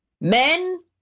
Men